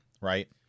right